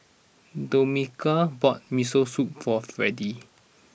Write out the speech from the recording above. Domenica bought Miso Soup for Fredy